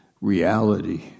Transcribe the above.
reality